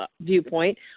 viewpoint